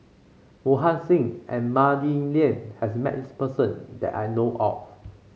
Mohan Singh and Mah Li Lian has met this person that I know of